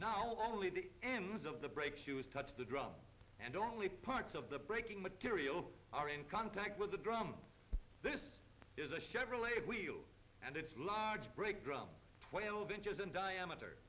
not only the ends of the brake shoes touch the drum and only parts of the braking material are in contact with the drum this is a chevrolet wheel and it's large brake drum twelve inches in diameter